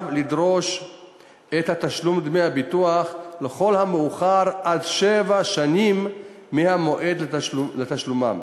לדרוש את תשלום דמי הביטוח לכל המאוחר עד שבע שנים מהמועד לתשלומם.